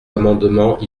amendements